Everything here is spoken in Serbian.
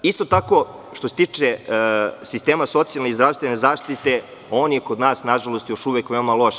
Isto tako, što se tiče sistema socijalne i zdravstvene zaštite, on je kod nas, nažalost, još uvek veoma loš.